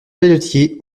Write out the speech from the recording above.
pelletier